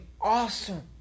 awesome